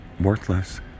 worthless